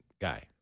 guy